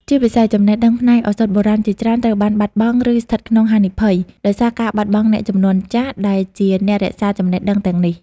ជាពិសេស ចំណេះដឹងផ្នែកឱសថបុរាណជាច្រើនត្រូវបានបាត់បង់ ឬស្ថិតក្នុងហានិភ័យ ដោយសារការបាត់បង់អ្នកជំនាន់ចាស់ដែលជាអ្នករក្សាចំណេះដឹងទាំងនេះ។